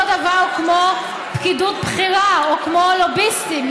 דבר כמו פקידות בכירה או כמו לוביסטים.